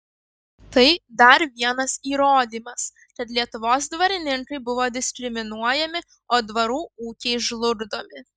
tai dar vienas įrodymas kad lietuvos dvarininkai buvo diskriminuojami o dvarų ūkiai žlugdomi